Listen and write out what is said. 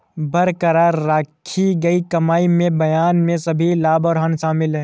बरकरार रखी गई कमाई में बयान में सभी लाभ और हानि शामिल हैं